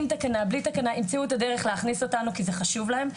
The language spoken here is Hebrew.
עם תקנה בלי תקנה ימצאו את הדרך להכניס אותנו כי זה חשוב להם,